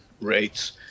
rates